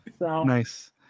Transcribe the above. nice